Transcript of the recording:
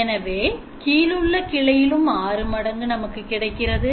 எனவே கீழுள்ள கிளையிலும் ஆறு மடங்கு நமக்கு கிடைக்கிறது